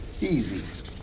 easy